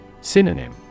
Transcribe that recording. Synonym